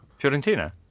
Fiorentina